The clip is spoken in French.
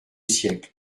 siècle